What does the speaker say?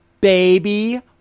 Baby